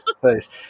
Please